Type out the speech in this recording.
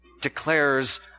declares